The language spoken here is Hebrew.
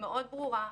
מאוד ברורה,